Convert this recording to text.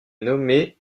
nommé